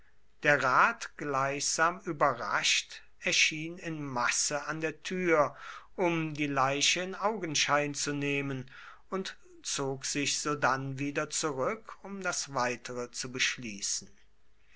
der rat gleichsam überrascht erschien in masse an der tür um die leiche in augenschein zu nehmen und zog sich sodann wieder zurück um das weitere zu beschließen